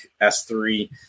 S3